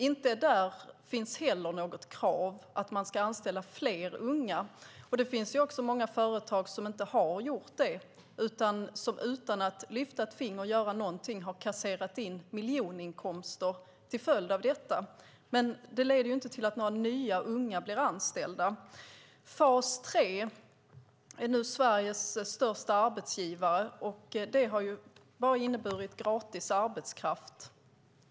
Inte heller där finns något krav på att man ska anställa fler unga. Det finns också många företag som inte har gjort det utan som, utan att lyfta ett finger för att göra någonting, har kasserat in miljoninkomster till följd av detta. Men det leder inte till att några nya unga blir anställda. Fas 3 är nu Sveriges största arbetsgivare, och det har bara inneburit gratis arbetskraft.